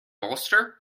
bolster